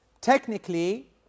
Technically